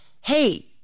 Hey